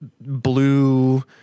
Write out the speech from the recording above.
blue